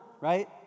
Right